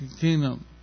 kingdom